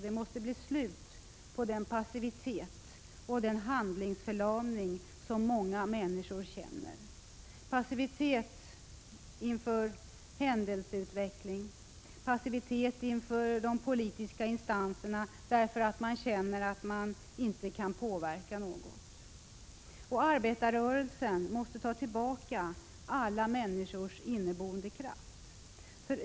Det måste bli slut på den passivitet och handlingsförlamning som många människor känner, passivitet inför händelseutvecklingen, passivitet inför de politiska instanserna därför att man känner att man inte kan påverka något. Arbetarrörelsen måste ta till vara alla människors inneboende kraft.